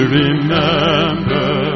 remember